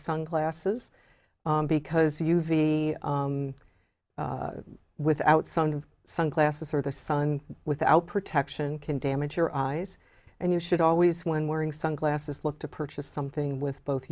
sunglasses because you be without sun sunglasses or the sun without protection can damage your eyes and you should always when wearing sunglasses look to purchase something with both